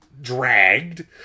dragged